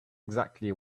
exactly